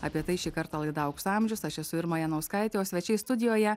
apie tai šį kartą laida aukso amžius aš esu irma janauskaitė o svečiai studijoje